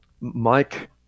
Mike